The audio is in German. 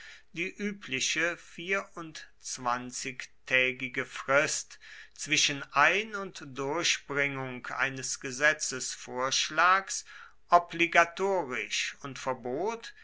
die übliche vierundzwanzigtägige frist zwischen ein und durchbringung eines gesetzvorschlags obligatorisch und verbot